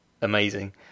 amazing